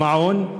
המעון,